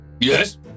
Yes